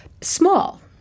small